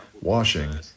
washing